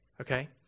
okay